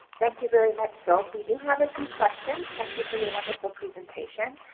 thank you very much zsolt. we do have a few questions. thank you for your wonderful presentation.